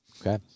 okay